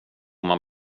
man